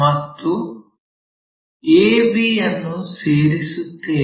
ಮತ್ತು a b ಅನ್ನು ಸೇರಿಸುತ್ತೇವೆ